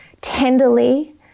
tenderly